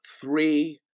three